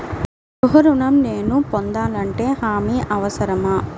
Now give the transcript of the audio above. గృహ ఋణం నేను పొందాలంటే హామీ అవసరమా?